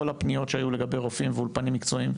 הפניות שהיו לגבי רופאים ואולפנים מקצועיים,